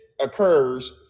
occurs